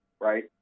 right